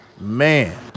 man